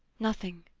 nothing.